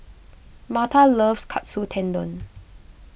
Marta loves Katsu Tendon